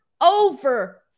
over